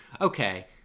okay